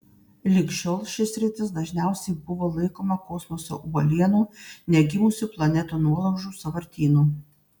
lig šiol ši sritis dažniausiai buvo laikoma kosmoso uolienų negimusių planetų nuolaužų sąvartynu